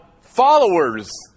followers